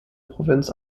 provinz